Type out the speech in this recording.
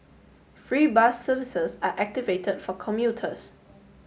free bus services are activate for commuters